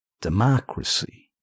Democracy